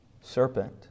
serpent